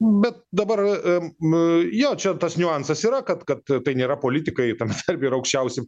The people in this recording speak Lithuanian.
bet dabar em nu jo čia tas niuansas yra kad kad tai nėra politikai ten dar ir aukščiausi